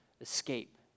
escape